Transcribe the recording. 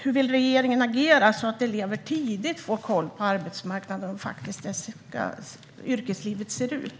Hur vill regeringen agera så att elever tidigt får koll på arbetsmarknaden och hur det faktiska yrkeslivet ser ut?